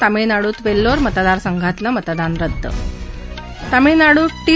तामिळनाडुत वेल्लोरे मतदार संघातलं मतदान रद्द तामिळनाडूत टी